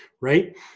right